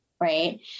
Right